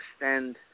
extend